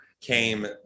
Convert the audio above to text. came